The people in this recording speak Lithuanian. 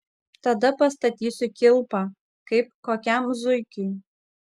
tada pastatysiu kilpą kaip kokiam zuikiui